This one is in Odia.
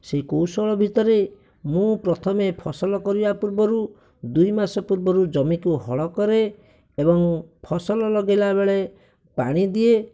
ସେହି କୌଶଳ ଭିତରେ ମୁଁ ପ୍ରଥମେ ଫସଲ କରିବା ପୂର୍ବରୁ ଦୁଇ ମାସ ପୂର୍ବରୁ ଜମିକୁ ହଳ କରେ ଏବଂ ଫସଲ ଲଗେଇଲାବେଳେ ପାଣି ଦିଏ